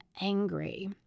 angry